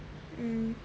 mm